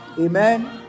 amen